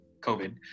COVID